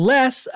Less